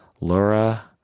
Laura